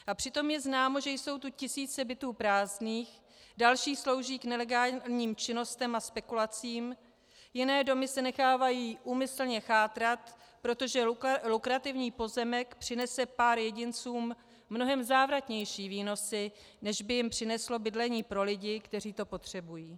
A přitom je známo, že jsou tu tisíce bytů prázdných, další slouží k nelegálním činnostem a spekulacím, jiné domy se nechávají úmyslně chátrat, protože lukrativní pozemek přinese pár jedincům mnohem závratnější výnosy, než by jim přineslo bydlení pro lidi, kteří to potřebují.